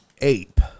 ape